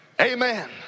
Amen